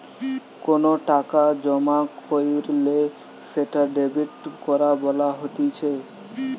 কোনো টাকা জমা কইরলে সেটা ডেবিট করা বলা হতিছে